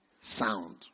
sound